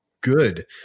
Good